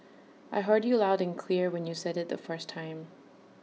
I heard you loud and clear when you said IT the first time